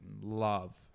love